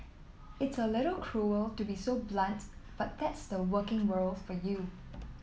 it's a little cruel to be so blunt but that's the working world for you